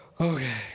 Okay